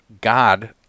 God